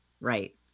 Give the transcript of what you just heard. Right